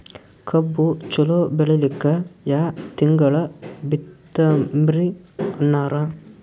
ಕಬ್ಬು ಚಲೋ ಬೆಳಿಲಿಕ್ಕಿ ಯಾ ತಿಂಗಳ ಬಿತ್ತಮ್ರೀ ಅಣ್ಣಾರ?